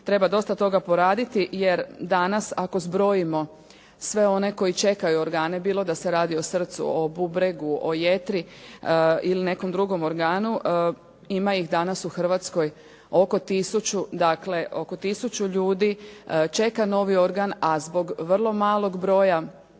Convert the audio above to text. treba dosta toga poraditi, jer danas ako zbrojimo sve one koji čekaju organe bilo da se radi o srcu, o bubregu, o jetri ili nekom drugom organu, ima ih danas u Hrvatskoj oko tisuću. Dakle, oko tisuću ljudi čeka novi organ, a zbog vrlo malo broja